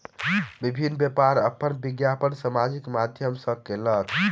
विभिन्न व्यापार अपन विज्ञापन सामाजिक माध्यम सॅ कयलक